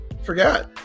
forgot